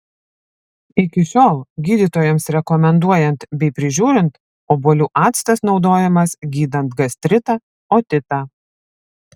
iki šiol gydytojams rekomenduojant bei prižiūrint obuolių actas naudojamas gydant gastritą otitą